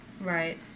right